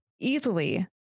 easily